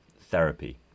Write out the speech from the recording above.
therapy